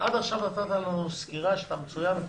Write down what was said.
עד עכשיו בסקירה אמרת שהכול מצוין,